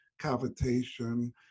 cavitation